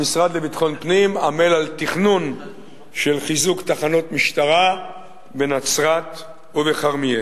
המשרד לביטחון הפנים עמל על תכנון של חיזוק תחנות משטרה בנצרת ובכרמיאל.